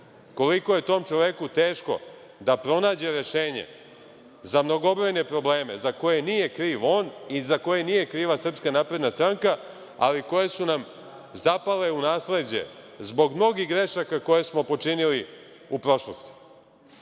koliko je tom čoveku teško da pronađe rešenje za mnogobrojne probleme za koje nije kriv on i za koje nije kriva SNS, ali koje su nam zapale u nasleđe zbog mnogih grešaka koje smo počinili u prošlosti. Sve